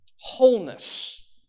wholeness